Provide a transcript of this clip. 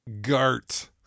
gart